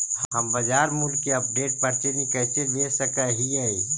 हम बाजार मूल्य के अपडेट, प्रतिदिन कैसे ले सक हिय?